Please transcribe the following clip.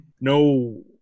no